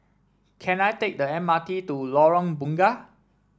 can I take the M R T to Lorong Bunga